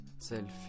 selfie